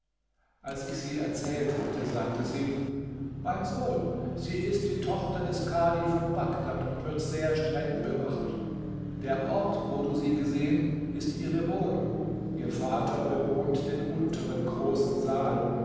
als ich sie ihr erzählt hatte sagte sie mein sohn sie ist die tochter des kadhi von bagdad und wird sehr streng bewacht der ort wo du sie gesehen ist ihre wohnung ihr vater bewohnt den unteren großen saal